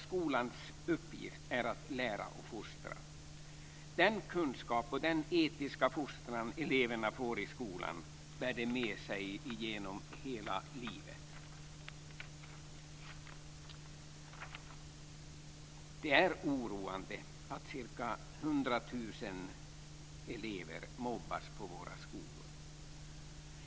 Skolans uppgift är att lära och fostra. Den kunskap och den etiska fostran som eleverna får i skolan bär de med sig genom hela livet. Det är oroande att ca 100 000 elever mobbas på våra skolor.